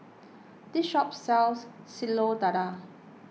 this shop sells Telur Dadah